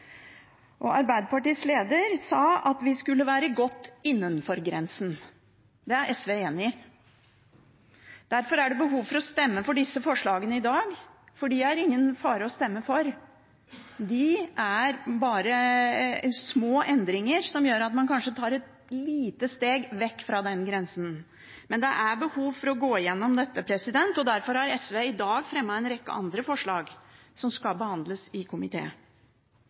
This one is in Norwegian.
Arbeiderpartiets leder sa at vi skulle være godt innenfor grensen. Det er SV enig i. Derfor er det behov for å stemme for disse forslagene i dag, for de er det ingen fare å stemme for. De er bare små endringer som gjør at man kanskje tar et lite steg vekk fra den grensen. Men det er behov for å gå igjennom dette, og derfor har SV i dag fremmet en rekke andre forslag som skal behandles i